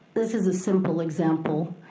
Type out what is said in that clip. this is a simple example.